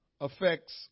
affects